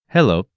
Hello